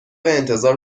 انتظار